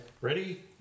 Ready